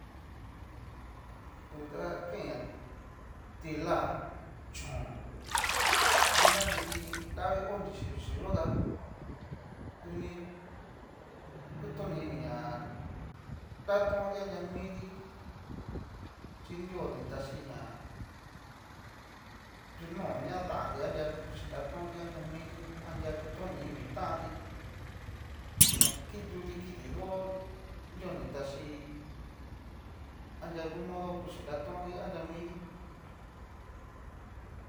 Yu ta kain ña tila, chón aña kiti nravi o nrixhixi yó tá, duni kutoni ñá nratonti anria miti, chi nrios ni taxiña yunó ña da'a ti anria nratonti anria miti, anria kutoni ini tanti ña xinruti kiti dó drios ni tachí anria ngu modo kuchí nratonti anria miti.